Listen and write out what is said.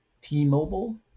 T-Mobile